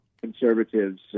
conservatives